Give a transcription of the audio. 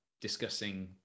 discussing